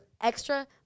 Extra